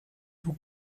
you